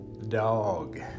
Dog